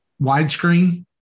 widescreen